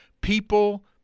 people